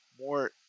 more